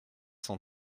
cent